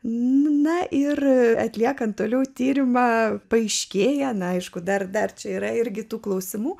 na ir atliekant toliau tyrimą paaiškėja neaišku dar verčiau yra ir kitų klausimų